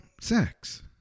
sex